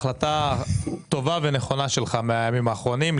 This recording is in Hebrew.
החלטה טובה ונכונה שלך בימים האחרונים,